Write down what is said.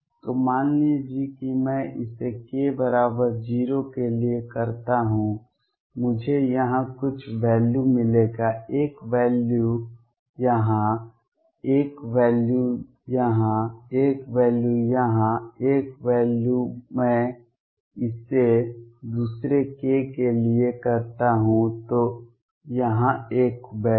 तो मान लीजिए कि मैं इसे k बराबर 0 के लिए करता हूं मुझे यहां कुछ वैल्यू मिलेगा एक वैल्यू यहां एक वैल्यू यहां एक वैल्यू यहां एक वैल्यू मैं इसे दूसरे k के लिए करता हूं या तो यहां एक वैल्यू